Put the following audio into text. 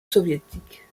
soviétique